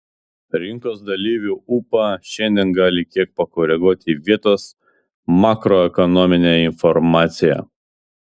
rinkos dalyvių ūpą šiandien gali kiek pakoreguoti vietos makroekonominė informacija